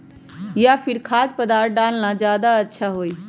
या फिर खाद्य पदार्थ डालना ज्यादा अच्छा होई?